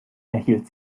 erhielt